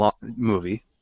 movie